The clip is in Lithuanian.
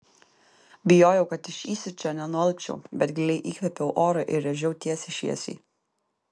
bijojau kad iš įsiūčio nenualpčiau bet giliai įkvėpiau oro ir rėžiau tiesiai šviesiai